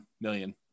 million